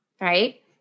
Right